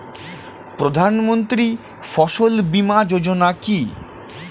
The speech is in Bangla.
প্রধানমন্ত্রী ফসল বীমা যোজনা কি?